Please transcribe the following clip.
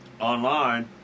online